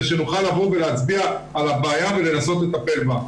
שנוכל להצביע על הבעיה ולנסות לטפל בה.